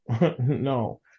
no